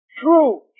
true